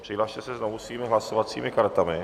Přihlaste se znovu svými hlasovacími kartami.